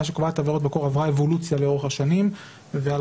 שקובעת עבירות --- עברה אבולוציה לאורך השנים והלכה